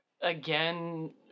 Again